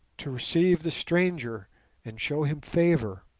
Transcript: to receive the stranger and show him favour.